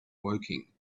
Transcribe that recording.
woking